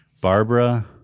Barbara